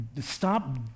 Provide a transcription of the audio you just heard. stop